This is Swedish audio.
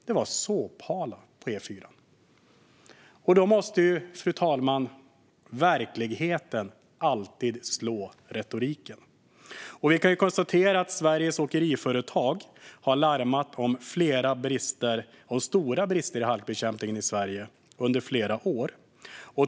Det var såphalt på E4:an. Då måste verkligheten alltid slå retoriken. Sveriges Åkeriföretag har larmat om flera stora brister i halkbekämpningen i Sverige under flera år.